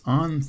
on